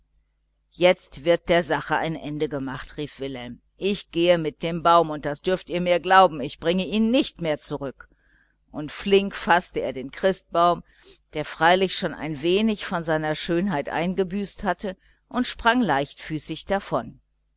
jetzt wird der sache ein ende gemacht rief wilhelm ich gehe mit dem baum und das dürft ihr mir glauben ich bringe ihn nicht mehr zurück und flink faßte er den christbaum der freilich schon ein wenig von seiner schönheit eingebüßt hatte und sprang leichtfüßig davon